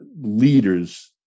leaders